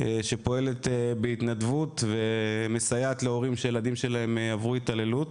שפועלת בהתנדבות ומסייעת להורים שילדיהם עברו התעללות.